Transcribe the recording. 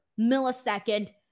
millisecond